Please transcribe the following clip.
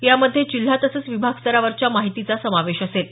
यामध्ये जिल्हा तसंच विभाग स्तरावरच्या माहितीचा समावेश असेल